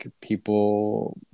people